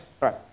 right